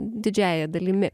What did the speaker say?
didžiąja dalimi